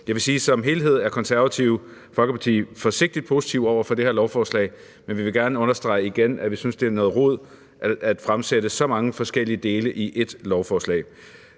Jeg vil sige, at som helhed er Det Konservative Folkeparti forsigtigt positive over for det her lovforslag, men vi vil gerne understrege igen, at vi synes, det er noget rod at fremsætte så mange forskellige dele i ét lovforslag.